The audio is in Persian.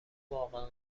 واقعا